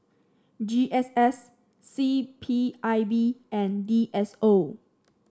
G S S C P I B and D S O